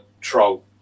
troll